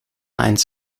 line